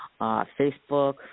Facebook